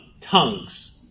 tongues